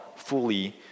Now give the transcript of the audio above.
fully